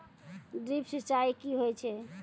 Drip सिंचाई कि होय छै?